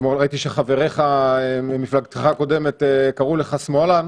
אתמול ראיתי שחבריך ממפלגתך הקודמת קראו לך שמאלן.